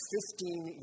Fifteen